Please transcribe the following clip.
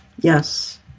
yes